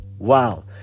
Wow